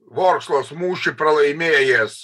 vorsklos mūšį pralaimėjęs